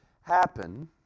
happen